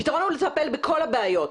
הפתרון הוא לטפל בכל הבעיות,